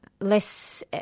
less